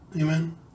Amen